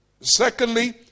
Secondly